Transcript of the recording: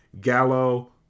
Gallo